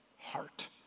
heart